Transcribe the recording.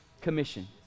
commission